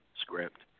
script